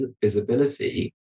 visibility